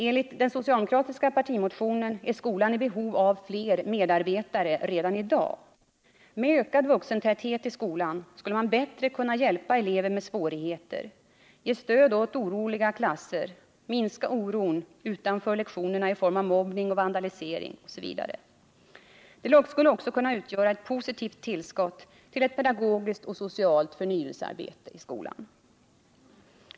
Enligt den socialdemokratiska partimotionen är skolan i behov av fler medarbetare redan i dag. Med ökad vuxentäthet i skolan skulle man bättre kunna hjälpa elever med svårigheter, ge stöd åt oroliga klasser, minska oron utanför lektionerna i form av mobbning och vandalisering osv. Det skulle också kunna utgöra ett positivt tillskott till ett pedagogiskt och socialt förnyelsearbete i skolan.